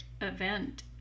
event